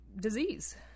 disease